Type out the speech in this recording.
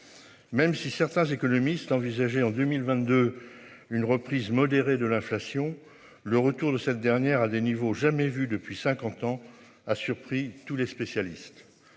Même si certains économistes envisager en 2022 une reprise modérée de l'inflation. Le retour de cette dernière, à des niveaux jamais vus depuis 50 ans a surpris tous les spécialistes